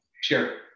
Sure